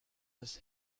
his